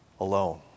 alone